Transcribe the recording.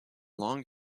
long